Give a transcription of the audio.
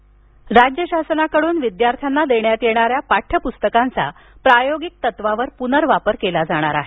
प्रस्तकं राज्य शासनाकडून विद्यार्थ्यांना देण्यात येणाऱ्या पाठ्यपुस्तकांचा प्रायोगिक तत्त्वावर प्नर्वापर केला जाणार आहे